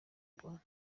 rwanda